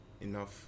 enough